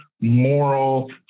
moral